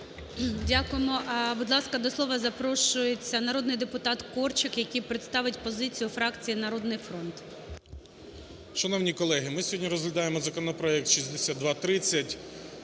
Дякуємо. Будь ласка, до слова запрошується народний депутат Корчик, який представить позицію фракції "Народний фронт". 11:23:45 КОРЧИК В.А. Шановні колеги, ми сьогодні розглядаємо законопроект 6230.